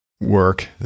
work